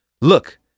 Look